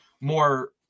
more